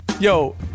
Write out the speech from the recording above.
Yo